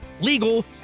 legal